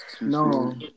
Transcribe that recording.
No